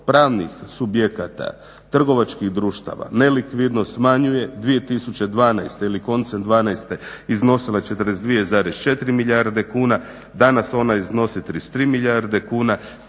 pravnih subjekata, trgovačkih društava nelikvidnost smanjuje 2012.ili koncem 12.iznosile 42,4 milijarde kuna, danas one iznose 33 milijarde kuna.